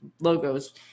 logos